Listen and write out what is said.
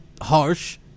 harsh